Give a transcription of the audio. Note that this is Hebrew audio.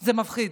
זה מפחיד.